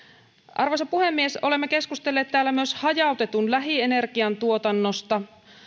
arvoisa puhemies olemme keskustelleet täällä myös hajautetun lähienergian tuotannosta